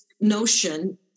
notion